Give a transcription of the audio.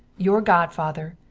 your godfather,